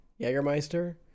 Jägermeister